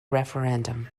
referendum